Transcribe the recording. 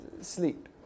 sleep